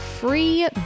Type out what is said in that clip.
free